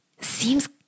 seems